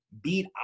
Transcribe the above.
beat